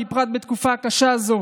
בפרט בתקופה הקשה הזאת,